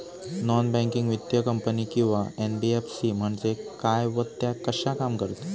Non banking वित्तीय company किंवा NBFC म्हणजे काय व त्या कशा काम करतात?